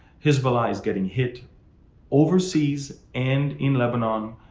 hezbollah is getting hit overseas and in lebanon.